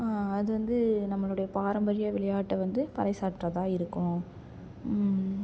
அது வந்து நம்மளுடைய பாரம்பரிய விளையாட்டை வந்து பறைசாற்றதாக இருக்கும்